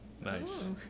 Nice